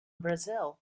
brazil